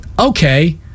Okay